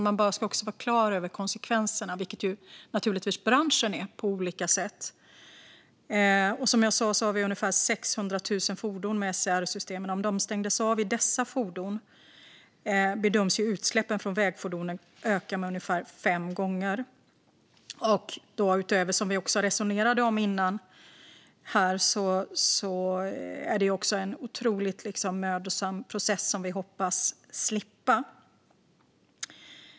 Man ska alltså vara klar över konsekvenserna, vilket naturligtvis branschen är på olika sätt. Som jag sa har vi ungefär 600 000 fordon med SCR-system. Om systemen skulle stängas av i dessa fordon bedöms utsläppen från vägfordonen öka med ungefär fem gånger. Utöver det är detta också, som vi resonerade om innan, en otroligt mödosam process som vi hoppas slippa.